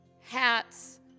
Hats